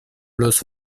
los